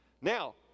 Now